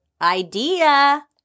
Idea